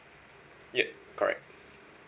yup correct